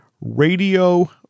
Radio